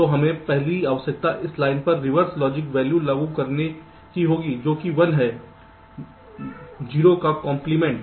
तो हमारी पहली आवश्यकता इस लाइन पर एक रिवर्स लॉजिक वैल्यू लागू करने की होगी जो कि 1 है 0 का कंप्लीमेंट